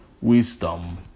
wisdom